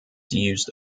used